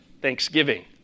thanksgiving